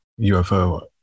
UFO